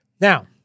Now